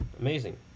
Amazing